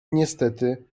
niestety